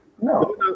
No